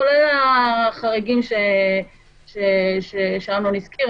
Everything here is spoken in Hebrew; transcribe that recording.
כולל החריגים שאמנון הזכיר,